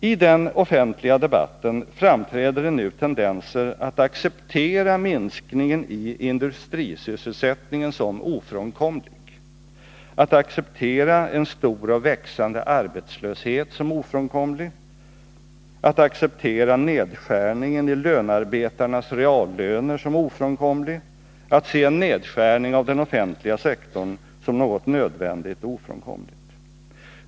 I den offentliga debatten framträder det nu tendenser att acceptera minskningen i industrisysselsättningen som ofrånkomlig, att acceptera en stor och växande arbetslöshet som ofrånkomlig, att acceptera nedskärningen i lönarbetarnas reallöner som ofrånkomlig, att se en nedskärning av den offentliga sektorn som något nödvändigt och ofrånkomligt.